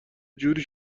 جوری